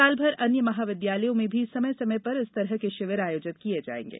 सॉलभर अन्य महाविद्यालयों में भी समय समय पर इस तरह के शिविर आयोजित किये जायेंगे